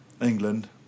England